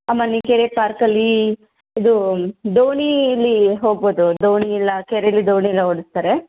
ಅಮಾನಿಕೆರೆ ಪಾರ್ಕಲ್ಲಿ ಇದು ದೋಣಿಯಲ್ಲಿ ಹೋಗ್ಬೋದು ದೋಣಿಯೆಲ್ಲ ಕೆರೇಲ್ಲಿ ದೋಣಿಯೆಲ್ಲ ಓಡಿಸ್ತಾರೆ